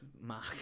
Mark